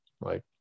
right